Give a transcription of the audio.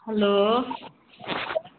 hello